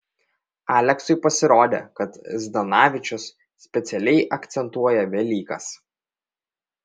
aleksui pasirodė kad zdanavičius specialiai akcentuoja velykas